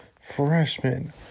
Freshman